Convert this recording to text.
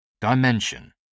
Dimension